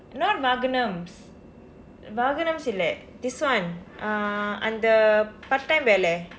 not வாகனம் வாகனம் இல்லை:vaakanam vaakanam illai this [one] uh அந்த பட்டம் வேலை:andtha patdam veelai